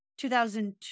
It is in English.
2002